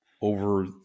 over